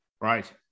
Right